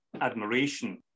admiration